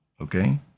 okay